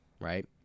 right